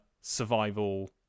survival